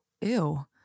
ew